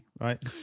Right